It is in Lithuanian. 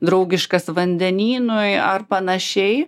draugiškas vandenynui ar panašiai